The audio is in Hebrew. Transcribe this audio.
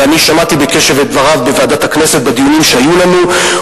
ואני שמעתי בקשב את דבריו בוועדת הכנסת בדיונים שהיו לנו,